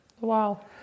Wow